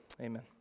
Amen